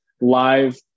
live